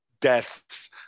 deaths